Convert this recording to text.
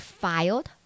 filed